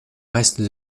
reste